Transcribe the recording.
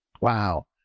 Wow